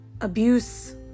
abuse